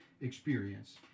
experience